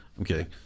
okay